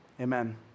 Amen